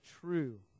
true